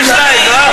22, אה?